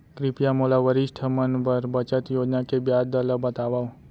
कृपया मोला वरिष्ठ मन बर बचत योजना के ब्याज दर ला बतावव